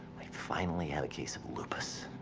i finally have a case of lupus.